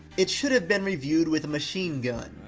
it should have been reviewed with a machine gun.